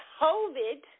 COVID